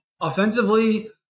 offensively